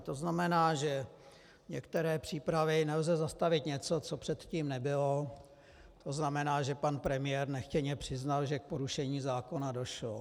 To znamená, že některé přípravy nelze zastavit něco, co předtím nebylo, to znamená, že pan premiér nechtěně přiznal, že k porušení zákona došlo.